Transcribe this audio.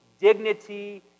dignity